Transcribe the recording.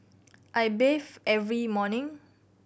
I bathe every morning